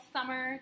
Summer